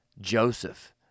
Joseph